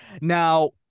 Now